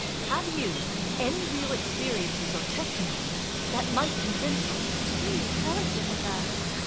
have you any real experiences or testimonies that might convince us? please fellowship with us.